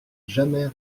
jamais